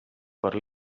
per